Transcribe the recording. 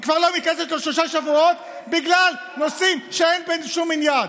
היא כבר לא מתכנסת שלושה שבועות בגלל נושאים שאין בהם שום עניין.